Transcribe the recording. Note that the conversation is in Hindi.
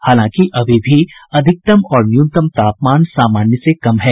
हालांकि अभी भी अधिकतम और न्यूनतम तापमान सामान्य से कम है